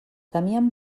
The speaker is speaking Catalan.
temien